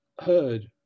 heard